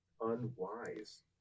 unwise